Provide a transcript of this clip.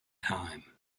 time